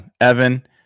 Evan